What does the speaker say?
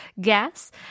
gas